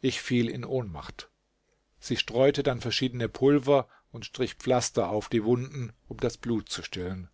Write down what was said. ich fiel in ohnmacht sie streute dann verschiedene pulver und strich pflaster auf die wunden um das blut zu stillen